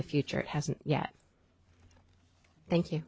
the future it hasn't yet thank you